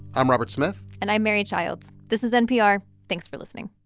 i'm robert smith and i'm mary childs. this is npr. thanks for listening